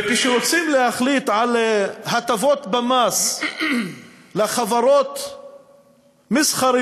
וכשרוצים להחליט על הטבות במס לחברות מסחריות,